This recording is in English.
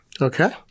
Okay